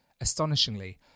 Astonishingly